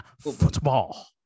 Football